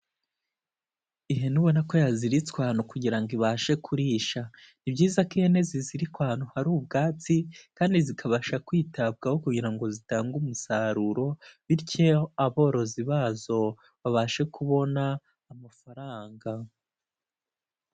Ihene ubona ko yaziritswe ahantu kugira ngo ibashe kurisha, ni byiza ko ihene zizirikwa ahantu hari ubwatsi, kandi zikabasha kwitabwaho kugira ngo zitange umusaruro, bityo aborozi bazo babashe kubona amafaranga.